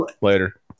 Later